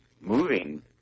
moving